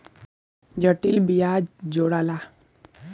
जटिल बियाज जोड़ाला